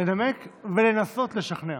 לנמק ולנסות לשכנע.